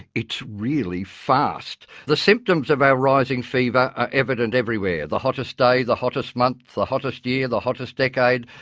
it's really fast! the symptoms of our rising fever are evident everywhere the hottest day, the hottest month, the hottest year, the hottest decade,